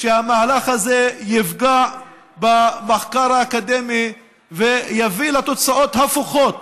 שהמהלך הזה יפגע במחקר האקדמי ויביא לתוצאות הפוכות